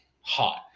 hot